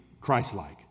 Christ-like